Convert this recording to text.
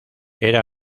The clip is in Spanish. era